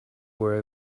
were